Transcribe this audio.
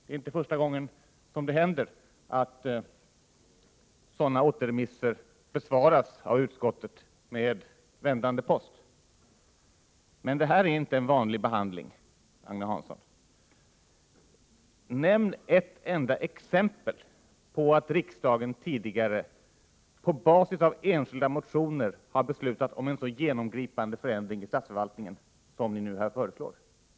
Det är inte första gången det händer att sådana återremisser besvaras av utskottet med vändande post. Men detta är inte en vanlig behandling, Agne Hansson. Nämn ett enda exempel på att riksdagen tidigare, på basis av enskilda motioner, har beslutat om en så genomgripande förändring i statsförvaltningen som ni nu föreslår!